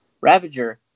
Ravager